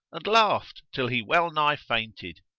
and laughed till he well nigh fainted.